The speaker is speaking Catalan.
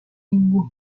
ningú